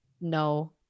no